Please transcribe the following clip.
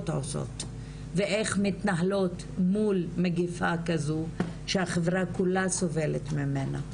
עושות ואיך מתנהלות מול מגיפה כזו שהחברה כולה סובלת ממנה.